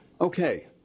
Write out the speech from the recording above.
Okay